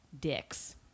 dicks